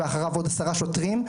ואחריו עוד עשרה שוטרים,